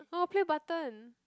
orh play button